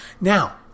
Now